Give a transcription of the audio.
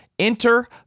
Enter